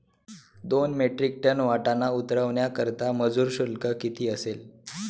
दोन metric ton वाटाणा उतरवण्याकरता मजूर शुल्क किती असेल?